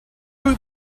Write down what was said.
who